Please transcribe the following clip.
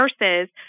nurses